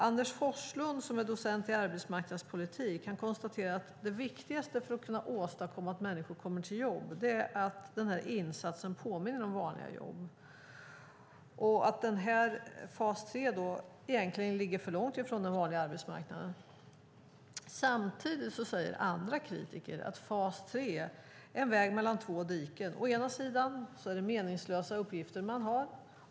Anders Forslund som är docent i arbetsmarknadspolitik konstaterar att det viktigaste för att kunna åstadkomma att människor kommer till jobb är att insatsen påminner om vanliga jobb och att fas 3 egentligen ligger för långt ifrån den vanliga arbetsmarknaden. Samtidigt säger andra kritiker att fas 3 är en väg mellan två diken. Å ena sidan är det meningslösa uppgifter man har.